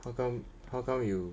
welcome hougang